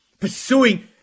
Pursuing